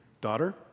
daughter